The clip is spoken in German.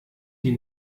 die